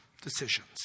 decisions